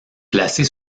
placée